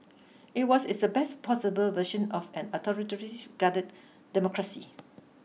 it was it's the best possible version of an authoritarians guided democracy